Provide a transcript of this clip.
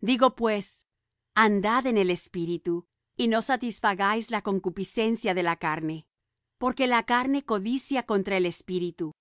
digo pues andad en el espíritu y no satisfagáis la concupiscencia de la carne porque la carne codicia contra el espíritu